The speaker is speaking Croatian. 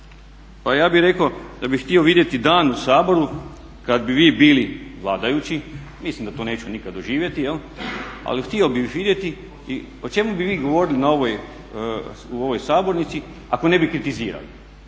Pa ja bih rekao da bih htio vidjeti dan u Saboru kad bi vi bili vladajući, mislim da to nikad neću doživjeti, ali htio bih vidjeti o čemu bi vi govorili u ovoj sabornici ako ne bi kritizirao.